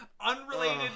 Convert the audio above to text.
unrelated